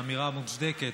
האמירה המוצדקת,